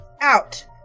out